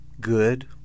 good